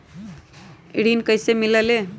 ऋण कईसे मिलल ले?